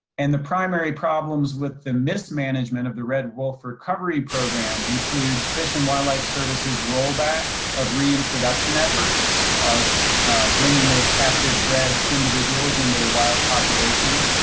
and the primary problems with the mismanagement of the red wolf recovery program include fish and wildlife services rollback of reintroduction efforts of bringing those captive bred individuals into the wild population.